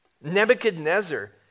Nebuchadnezzar